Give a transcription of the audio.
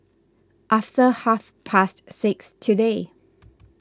after half past six today